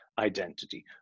identity